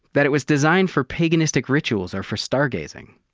that it was designed for paganistic rituals, or for star gazing.